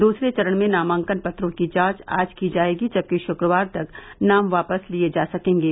दूसरे चरण में नामांकन पत्रों की जांच आज की जाएगी जबकि शुक्रवार तक नाम वापस लिये जा सकेंगे